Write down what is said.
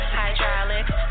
hydraulics